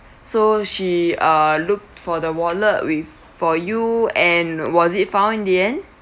so she uh looked for the wallet with for you and was it found in the end